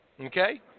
Okay